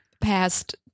past